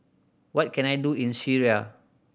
what can I do in Syria